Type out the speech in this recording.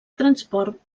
transport